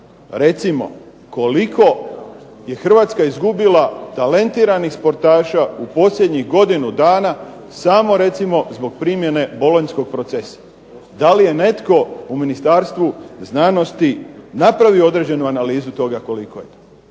recimo koliko je Hrvatska izgubila talentiranih sportaša u posljednjih godinu dana, samo recimo zbog primjene bolonjskog procesa. Da li je netko u Ministarstvu znanosti napravio određenu analizu toga koliko je to?